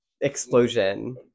explosion